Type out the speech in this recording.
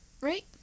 Right